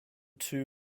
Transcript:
two